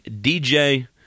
DJ